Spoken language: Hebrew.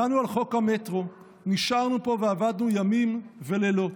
דנו על חוק המטרו, נשארנו פה ועבדנו ימים ולילות,